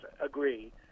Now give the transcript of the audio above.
agree